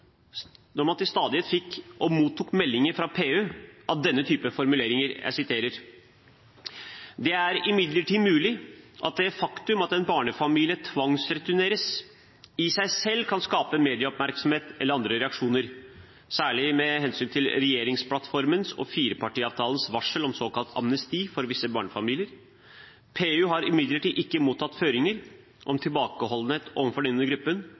stadighet fikk, og mottok, meldinger fra PU med denne typen formuleringer: «Det er imidlertid mulig at det faktum at en barnefamilie tvangsreturneres, i og for seg kan skape medieoppmerksomhet eller andre reaksjoner, særlig mht. Regjeringsplattformens og Firepartiavtalens varsel om s.k. amnesti overfor visse barnefamilier. PU har imidlertid ikke mottatt føringer om tilbakeholdenhet overfor denne gruppen,